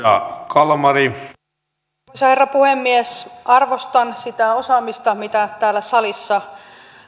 arvoisa herra puhemies arvostan sitä osaamista mitä täällä salissa